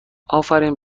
آفرین